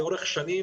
לאורך שנים,